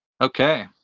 Okay